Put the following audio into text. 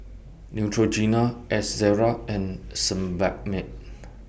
Neutrogena Ezerra and Sebamed